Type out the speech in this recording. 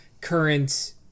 current